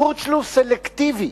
יש קורצשלוס, קורצשלוס סלקטיבי,